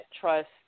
trust